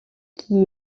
qui